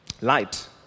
light